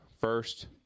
first